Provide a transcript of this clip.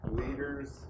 leaders